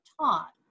taught